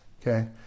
okay